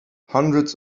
hundreds